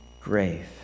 grave